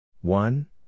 One